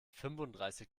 fünfunddreißig